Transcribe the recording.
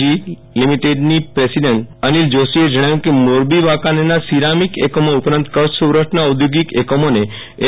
જી લિમિટેડના પ્રેસીડેન્ટ અનિલ જોષીએ જણાવ્યુ છે કે મોરબી વાંકાનેરના સિરામિક એકમો ઉપરાંત કચ્છ સૌરાષ્ટના ઔધોગિક એકમોને એલ